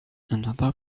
another